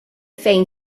fejn